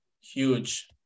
huge